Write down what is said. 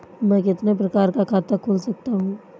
मैं कितने प्रकार का खाता खोल सकता हूँ?